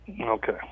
Okay